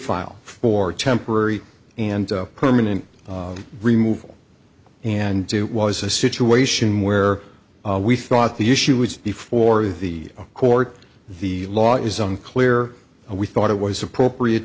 file for temporary and permanent removal and it was a situation where we thought the issue was before the court the law is unclear and we thought it was appropriate